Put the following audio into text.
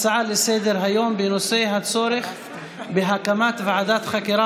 הצעה לסדר-היום בנושא: הצורך בהקמת ועדת חקירה